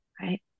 right